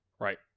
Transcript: right